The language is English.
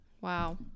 Wow